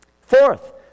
Fourth